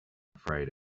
afraid